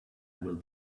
will